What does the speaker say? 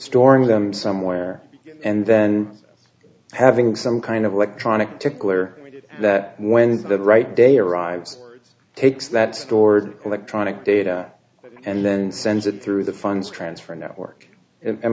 storing them somewhere and then having some kind of electronic tickler that when it's the right day arrives words takes that stored electronic data and then sends it through the funds transfer network and